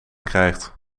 krijgt